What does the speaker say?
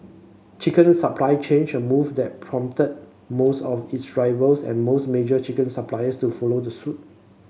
chicken supply change a move that prompted most of its rivals and most major chicken suppliers to follow the suit